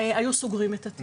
היו סוגרים את התיק.